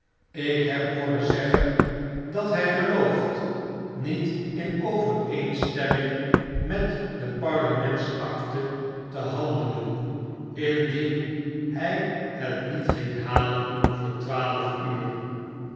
ik heb hooren zeggen dat hjj gelooft niet in overeenstemming met de parlements-acte te handelen indien hy het niet ging halen voor twaalf uur